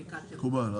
מקובל.